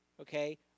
okay